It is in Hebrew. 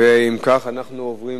אם כך, אנחנו עוברים